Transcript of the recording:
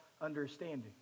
understanding